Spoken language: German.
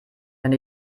wenn